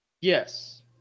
Yes